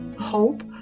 hope